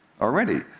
already